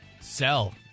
Sell